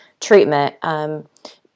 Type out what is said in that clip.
treatment